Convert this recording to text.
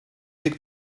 deg